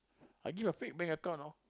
I give a fake bank account know